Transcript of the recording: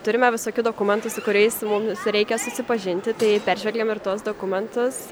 turime visokių dokumentų su kuriais mums reikia susipažinti tai peržvelgiam ir tuos dokumentus